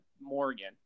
Morgan